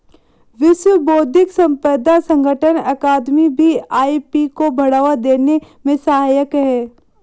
विश्व बौद्धिक संपदा संगठन अकादमी भी आई.पी को बढ़ावा देने में सहायक है